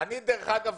דרך אגב,